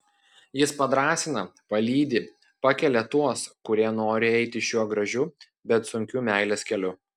jis padrąsina palydi pakelia tuos kurie nori eiti šiuo gražiu bet sunkiu meilės keliu